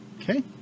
Okay